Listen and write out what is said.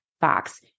Fox